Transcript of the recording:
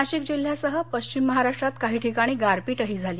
नाशिक जिल्ह्यासह पश्चिम महाराष्ट्रात काही ठिकाणी गारपीटही झाली